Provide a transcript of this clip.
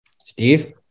Steve